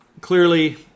clearly